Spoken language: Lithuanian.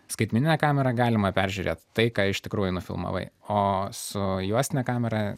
skaitmenine kamera galima peržiūrėt tai ką iš tikrųjų nufilmavai o su juostine kamera